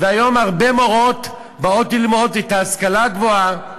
והיום הרבה מורות באות ללמוד במסגרת ההשכלה הגבוהה,